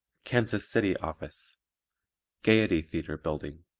kansas city office gayety theatre bldg.